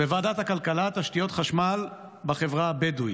בוועדת הכלכלה, תשתיות חשמל בחברה הבדואית,